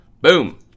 Boom